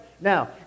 Now